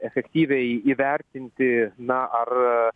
efektyviai įvertinti na ar